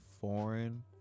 foreign